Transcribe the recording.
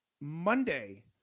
Monday